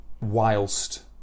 whilst